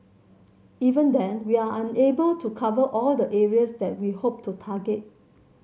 even then we are unable to cover all the areas that we hope to target